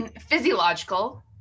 Physiological